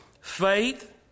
Faith